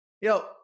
Yo